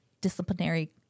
disciplinary